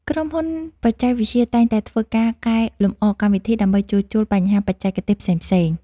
ក្រុមហ៊ុនបច្ចេកវិទ្យាតែងតែធ្វើការកែលម្អកម្មវិធី ដើម្បីជួសជុលបញ្ហាបច្ចេកទេសផ្សេងៗ។